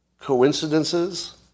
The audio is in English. coincidences